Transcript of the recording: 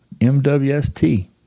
Mwst